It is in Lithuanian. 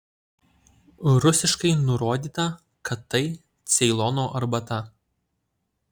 rusiškai nurodyta kad tai ceilono arbata